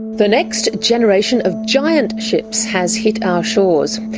the next generation of giant ships has hit our shores,